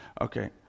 Okay